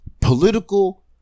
political